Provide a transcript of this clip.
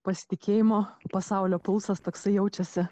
pasitikėjimo pasaulio pulsas toksai jaučiasi